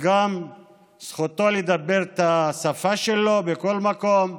וגם זכותו לדבר את שפתו בכל מקום.